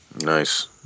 Nice